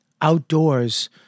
Outdoors